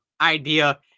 idea